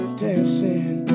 dancing